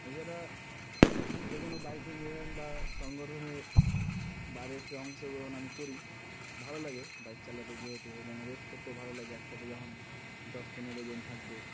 এছাড়া যে কোনো বাইকিং ইভেন্ট বা সংগঠনে বা রেসে অংশগ্রহণ আমি করি ভালো লাগে বাইক চালাতে যেহেতু এবং রেস করতেও ভালো লাগে একসাথে যখন দশ পনেরো জন থাকবে